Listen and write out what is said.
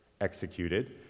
executed